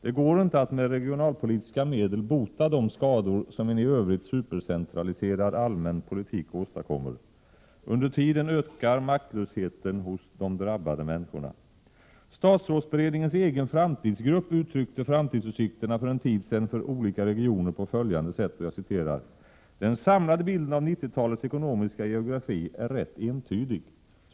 Det går inte att med regionalpolitiska medel bota de skador som en i övrigt supercentraliserad allmän politik åstadkommer. Under tiden ökar maktlösheten hos de drabbade människorna. Statsrådsberedningens egen framtidsgrupp uttryckte framtidsutsikterna för en tid sedan för olika regioner på följande sätt: ”Den samlade bilden av 90-talets ekonomiska geografi är rätt entydig.